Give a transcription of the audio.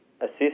assist